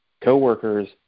coworkers